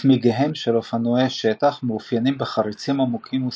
צמיגיהם של אופנועי שטח מאופיינים בחריצים עמוקים וסמוכים,